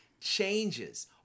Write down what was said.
changes